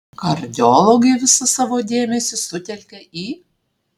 kardiologai visą savo dėmesį sutelkia į